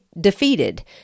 defeated